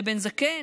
משה בן זקן,